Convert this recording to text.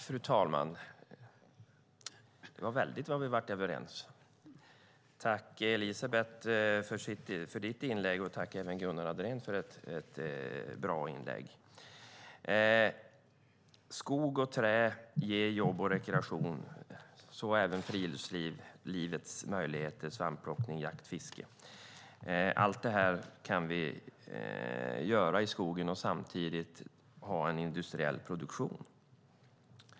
Fru talman! Det var väldigt vad vi blev överens! Jag tackar Elisabeth för hennes inlägg och även Gunnar Andrén för ett bra inlägg. Skog och trä ger jobb och rekreation, så även friluftsliv. Det handlar om livets möjligheter till svampplockning, jakt och fiske. Allt detta kan vi göra i skogen och samtidigt ha en industriell produktion.